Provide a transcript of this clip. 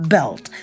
Belt